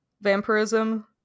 vampirism